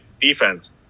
defense